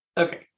Okay